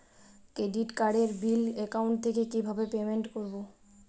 Credit কার্ডের bill account থেকে কিভাবে পেমেন্ট করবো?